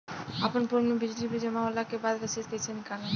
अपना फोन मे बिजली बिल जमा होला के बाद रसीद कैसे निकालम?